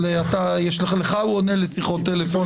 אבל לך הוא עונה לשיחות טלפון.